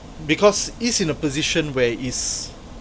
because he is in the position where he is